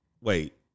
wait